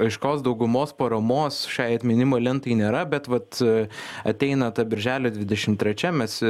aiškios daugumos paramos šiai atminimo lentai nėra bet vat ateina ta birželio dvidešimt trečia mes